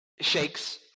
shakes